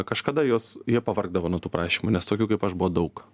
kažkada juos jie pavargdavo nuo tų prašymų nes tokių kaip aš buvo daug